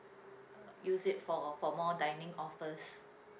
use it for for more dining offers